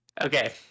okay